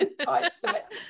typeset